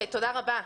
תודה רבה.